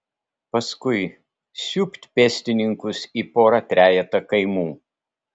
paskui siūbt pėstininkus į porą trejetą kaimų